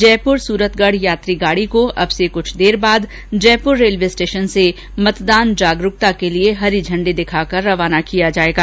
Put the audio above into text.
जयपुर सूरतगढ यात्री गाडी को अब से कुछ देर बाद जयपुर रेलवे स्टेशन से मतदान जागरूकता के लिए हरी झंडी दिखाकर रवाना किया जाएगा